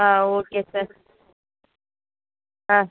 ஆ okay sir ஆ